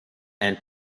and